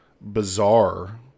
bizarre